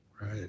Right